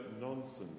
nonsense